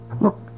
Look